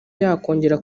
yakongera